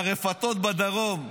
הרפתות בדרום.